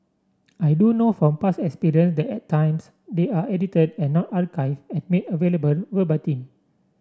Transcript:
I do know from past experience that at times they are edited and are not archived and made available verbatim